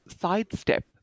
sidestep